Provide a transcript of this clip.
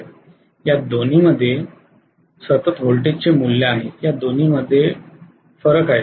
या दोन्हीमध्ये सतत वोल्टेजचे मूल्य आहे या दोन्ही मध्ये फरक आहे